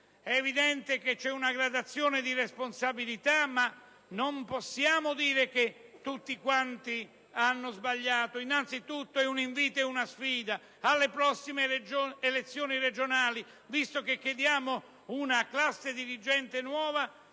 è evidente che c'è una gradazione di responsabilità, ma non possiamo dire che tutti quanti hanno sbagliato. Lancio allora innanzitutto un invito e una sfida per le prossime elezioni regionali: visto che chiediamo una classe dirigente nuova,